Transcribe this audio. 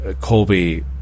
Colby